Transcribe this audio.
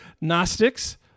Gnostics